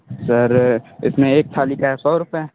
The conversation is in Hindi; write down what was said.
सर इसमें एक थाली का है सौ रुपए